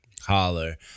Holler